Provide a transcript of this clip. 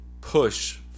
push